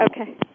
Okay